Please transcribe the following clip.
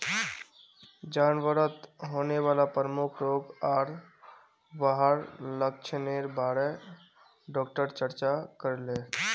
जानवरत होने वाला प्रमुख रोग आर वहार लक्षनेर बारे डॉक्टर चर्चा करले